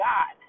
God